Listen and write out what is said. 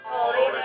Holy